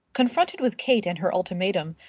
confronted with kate and her ultimatum,